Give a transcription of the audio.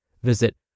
Visit